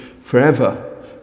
forever